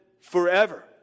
forever